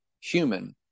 human